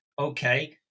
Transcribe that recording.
okay